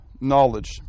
knowledge